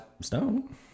stone